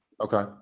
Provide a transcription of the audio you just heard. Okay